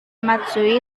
matsui